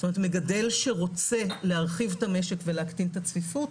זאת אומרת מגדל שרוצה להרחיב את המשק ולהקטין את הצפיפות